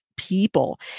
people